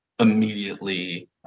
immediately